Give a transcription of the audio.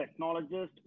technologist